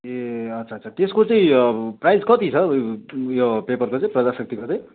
ए अच्छा अच्छा त्यसको चाहिँ प्राइज कति छ उयो पेपर दाजु प्रजाशक्तिको चाहिँ